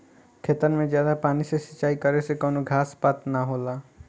खेतन मे जादा पानी से सिंचाई करे से कवनो घास पात ना होला